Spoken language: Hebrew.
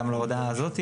גם להודעה הזאת.